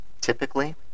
Typically